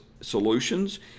solutions